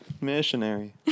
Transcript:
missionary